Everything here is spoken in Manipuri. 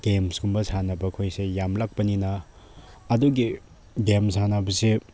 ꯒꯦꯝꯒꯨꯝꯕ ꯁꯥꯟꯅꯕ ꯈꯣꯏꯁꯦ ꯌꯥꯝꯂꯛꯄꯅꯤꯅ ꯑꯗꯨꯒꯤ ꯒꯦꯝ ꯁꯥꯟꯅꯕꯁꯦ